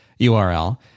URL